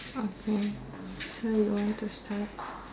okay so you want to start